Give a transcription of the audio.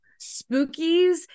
spookies